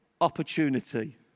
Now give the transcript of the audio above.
opportunity